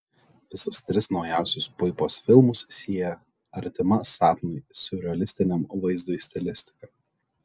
visus tris naujausius puipos filmus sieja artima sapnui siurrealistiniam vaizdui stilistika